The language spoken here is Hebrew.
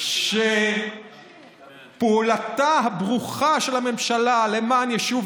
זאת אומרת שפעולתה הברוכה של הממשלה למען יישוב